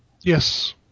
Yes